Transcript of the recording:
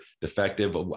defective